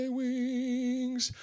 wings